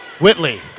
Whitley